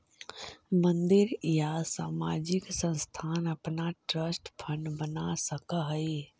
मंदिर या सामाजिक संस्थान अपना ट्रस्ट फंड बना सकऽ हई